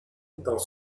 dans